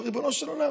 ריבונו של עולם,